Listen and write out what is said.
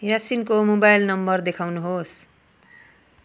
यासिनको mobile number देखाउनुहोस्